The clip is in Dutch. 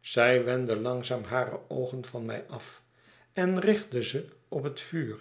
zij wendde langzaam hare oogen van mij af en richtte ze op het vuur